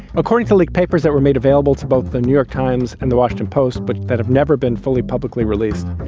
according to leaked papers that were made available to both the new york times and the washington post, but that have never been fully publicly released.